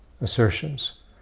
assertions